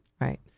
Right